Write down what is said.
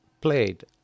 played